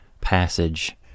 passage